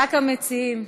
רק המציעים.